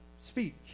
speak